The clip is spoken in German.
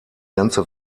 ganze